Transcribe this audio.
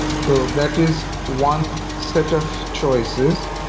so that is one set of choices.